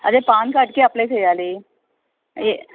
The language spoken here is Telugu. అదే పాన్ కార్డుకి అప్లయ్ చెయ్యాలి ఎ